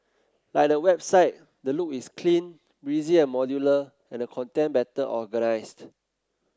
like the website the look is clean breezy and modular and the content better organised